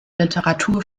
literatur